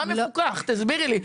מה מפוקח, תסבירי לי.